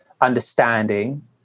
understanding